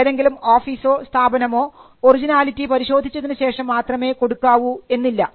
ഏതെങ്കിലും ഓഫീസോ സ്ഥാപനമോ ഒറിജിനാലിറ്റി പരിശോധിച്ചതിനു ശേഷം മാത്രമേ കൊടുക്കാവൂ എന്നില്ല